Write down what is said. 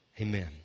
Amen